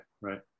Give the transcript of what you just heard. right